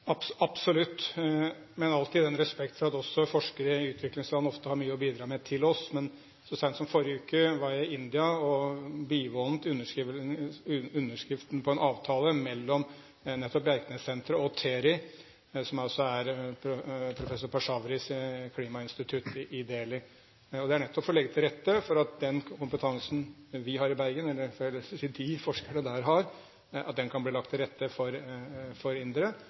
Absolutt. Jeg har alltid respekt for at også forskere i utviklingsland ofte har mye å bidra med til oss. Men så sent som i forrige uke var jeg i India og bivånet underskrivelsen av en avtale mellom nettopp Bjerknessenteret og TERI, som er professor Pachauris klimainstitutt i Dehli. Det er nettopp for å legge til rette for at den kompetansen vi har i Bergen – jeg får vel heller si den kompetansen forskerne der har – kan bli lagt til rette for indere, men selvsagt også for